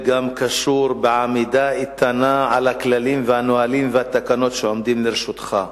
קשור הרבה גם בעמידה איתנה על הכללים והנהלים והתקנות שעומדים לרשותך.